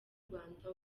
rwanda